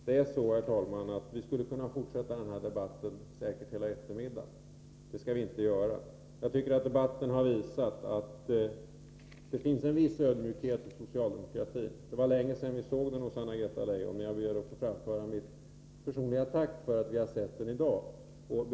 Måndagen den Vi skulle, herr talman, kunna fortsätta denna debatt säkert hela eftermid JAma j 1984 dagen, men det skall vi inte göra. Jag tycker att debatten har visat att det finns Anna-' reta! ijon, och jag ber att få fram öra miet person iga tack örattvi-— svarande av fråga har sett den i dag.